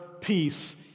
peace